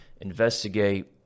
investigate